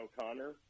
O'Connor